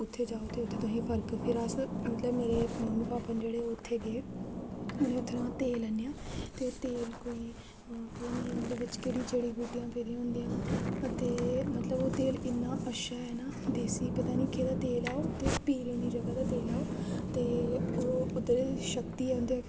उ'त्थें जाओ उ'त्थें तुसें ई फर्क फिर अस मतलब मेरे मम्मी भापा न जेह्ड़े ओह् उ'त्थें गे उ'नें उ'त्थुआं तेल आह्नेआ ते तेल कोई मतलब एह्दे बिच केह्ड़ी जड़ी बूटियां पेदियां होंदियां ते मतलब इ'न्ना अच्छा ऐ ना देसी पता निं केह्दा तेल ऐ ओह् पीरें दी जगह् दा तेल ऐ ओह् ते ओह् उद्धर शक्ति ऐ